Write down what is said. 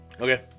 Okay